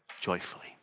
joyfully